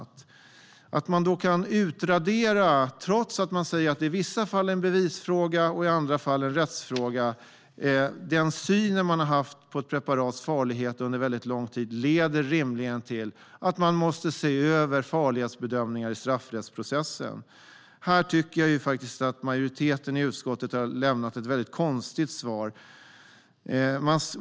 Det är märkligt att man då kan utradera detta, trots att man säger att det i vissa fall är en bevisfråga och i andra fall en rättsfråga. Den syn man har haft på ett preparats farlighet under lång tid leder rimligen till att man måste se över farlighetsbedömningar i straffrättsprocessen. Här tycker jag att majoriteten i utskottet har lämnat ett väldigt konstigt svar.